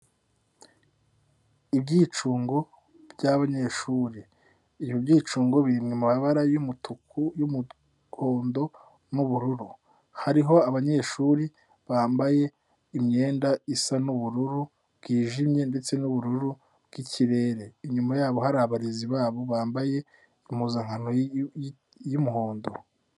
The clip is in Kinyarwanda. Ibyicungo by'abanyeshuri. Ibi byicungo biri mu mabara y'umutuku, umuhondo n'ubururu. Hariho abanyeshuri bambaye imyenda isa n'ubururu bwijimye ndetse n'ubururu bw'ikirere. Inyuma yabo hari abarezi babo bambaye impuzankano y'umuhondo.